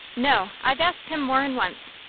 no i've asked him more'n once.